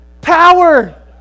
Power